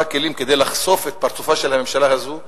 כלים כדי לחשוף את פרצופה של הממשלה הזו,